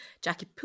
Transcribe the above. Jackie